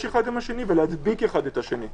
אחד עם השני ולהדביק אחד את השני.